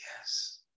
yes